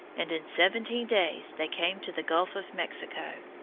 and in seventeen days they came to the gulf of mexico.